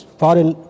foreign